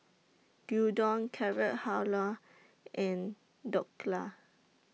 Gyudon Carrot Halwa and Dhokla